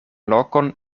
lokon